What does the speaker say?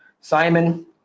simon